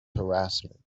harassment